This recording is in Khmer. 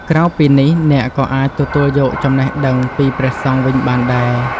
ក្រៅពីនេះអ្នកក៏អាចទទួលយកចំណេះដឹងពីព្រះសង្ឃវិញបានដែរ។